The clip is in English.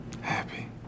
Happy